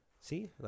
See